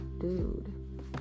dude